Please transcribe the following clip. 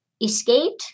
escaped